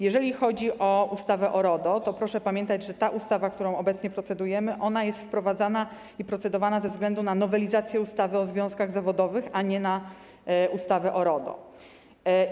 Jeżeli chodzi o ustawę o RODO, to proszę pamiętać, że ta ustawa, nad którą obecnie procedujemy, jest wprowadzana i procedowana ze względu na nowelizację ustawy o związkach zawodowych, a nie na ustawę o RODO.